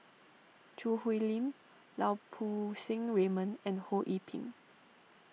Choo Hwee Lim Lau Poo Seng Raymond and Ho Yee Ping